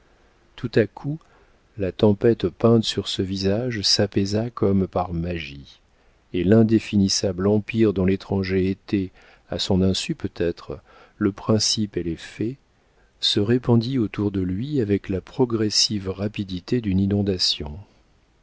tout à coup la tempête peinte sur ce visage s'apaisa comme par magie et l'indéfinissable empire dont l'étranger était à son insu peut-être le principe et l'effet se répandit autour de lui avec la progressive rapidité d'une inondation